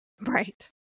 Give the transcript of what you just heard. Right